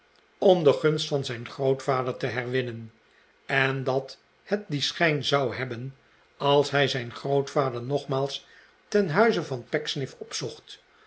om de gunst van zijn grootvader te herwinnen en dat het dien schijn zou hebben als hij zijn grootvader nogmaals ten huize van pecksniff opzocht